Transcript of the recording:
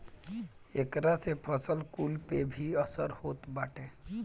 एकरा से फसल कुल पे भी असर होत बाटे